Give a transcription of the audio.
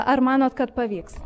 ar manot kad pavyks